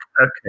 Okay